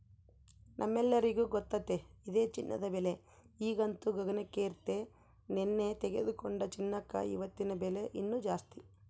ನಮ್ಮೆಲ್ಲರಿಗೂ ಗೊತ್ತತೆ ಇದೆ ಚಿನ್ನದ ಬೆಲೆ ಈಗಂತೂ ಗಗನಕ್ಕೇರೆತೆ, ನೆನ್ನೆ ತೆಗೆದುಕೊಂಡ ಚಿನ್ನಕ ಇವತ್ತಿನ ಬೆಲೆ ಇನ್ನು ಜಾಸ್ತಿ